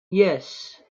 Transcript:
yes